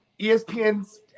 ESPN's